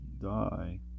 die